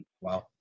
wow